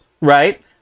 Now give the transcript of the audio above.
right